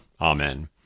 Amen